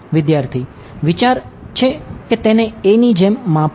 વિદ્યાર્થી વિચાર છે કે તેને a ની જેમ માપવું